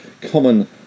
common